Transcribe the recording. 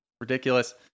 ridiculous